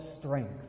strength